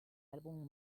álbum